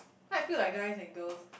how I feel like guys and girls